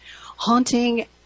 Haunting